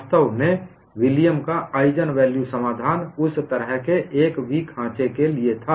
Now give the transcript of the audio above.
वास्तव में विलियम का आइजनवेल्यू समाधान William's Eigenvalue solution उस तरह के एक v खांचे के लिए था